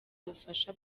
ubufasha